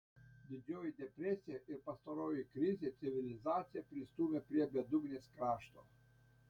didžioji depresija ir pastaroji krizė civilizaciją pristūmė prie bedugnės krašto